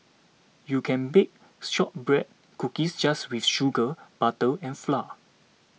you can bake Shortbread Cookies just with sugar butter and flour